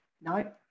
No